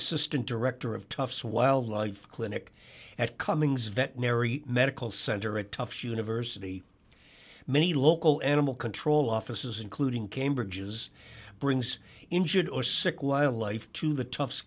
assistant director of tufts wildlife clinic at cummings veterinary medical center at tufts university many local animal control offices including cambridge's brings injured or sick wildlife to the toughs